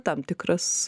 tam tikras